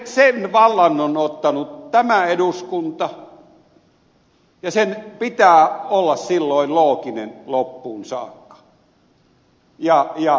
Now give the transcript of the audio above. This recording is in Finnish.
sen vallan on ottanut tämä eduskunta ja sen pitää olla silloin looginen loppuun saakka